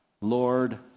Lord